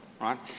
right